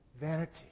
Vanity